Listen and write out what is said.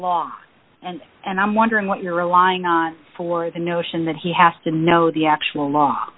law and and i'm wondering what you're relying on for the notion that he has to know the actual